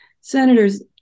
senators